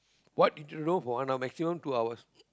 what need to do maximum two hours